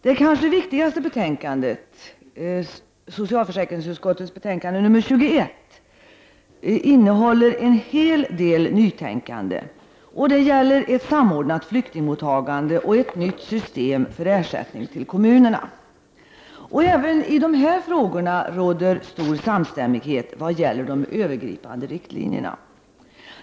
Det kanske viktigaste betänkandet i sammanhanget, SfU21, som innehåller en hel del nytänkande, gäller ett samordnat flyktingmottagande och ett nytt system för ersättning till kommunerna. Även i dessa frågor råder stor samstämmighet om de övergripande riktlinjerna.